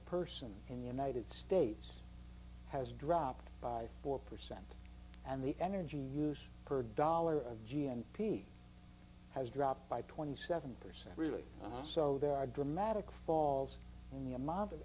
person in the united states has dropped by four percent and the energy use per dollar of g n p has dropped by twenty seven percent really so there are dramatic falls in the amount of